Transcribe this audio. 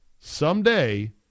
someday